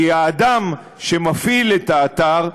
כי האדם שמפעיל את האתר,